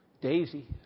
Daisy